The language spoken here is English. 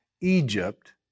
Egypt